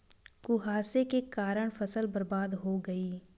कुहासे के कारण फसल बर्बाद हो गयी